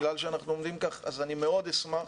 אני מאוד אשמח